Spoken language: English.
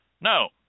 No